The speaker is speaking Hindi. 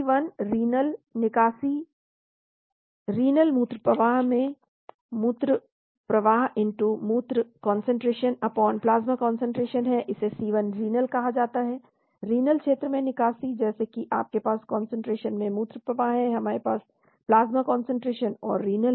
Cl रीनल निकासी रीनल मूत्र प्रवाह में मूत्र प्रवाह मूत्र कान्सन्ट्रेशन प्लाज्मा कान्सन्ट्रेशन है इसे Cl renal कहा जाता है रीनल क्षेत्र में निकासी जैसे कि आपके पास कान्सन्ट्रेशन में मूत्र प्रवाह है आपके पास प्लाज्मा कान्सन्ट्रेशन और रीनल है